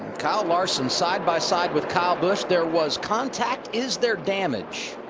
kyle larson side by side with kyle busch. there was contact. is there damage?